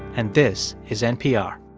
and this is npr